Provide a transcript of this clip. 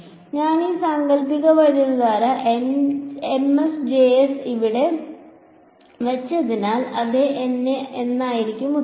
ഞാൻ ഈ സാങ്കൽപ്പിക വൈദ്യുതധാര ഇവിടെ വെച്ചതിനാൽ അതെ എന്നായിരിക്കും ഉത്തരം